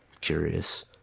curious